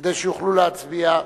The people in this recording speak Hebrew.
כדי שיוכלו להצביע.